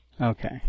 Okay